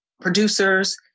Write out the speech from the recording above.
producers